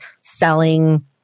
selling